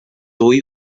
dwy